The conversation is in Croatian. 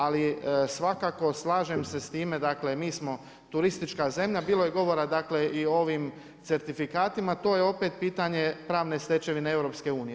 Ali svakako slažem se sa time dakle mi smo turistička zemlja, bilo je govora dakle i o ovim certifikatima, to je opet pitanje pravne stečevine EU.